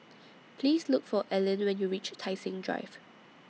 Please Look For Ellyn when YOU REACH Tai Seng Drive